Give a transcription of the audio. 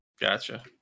Gotcha